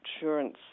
insurance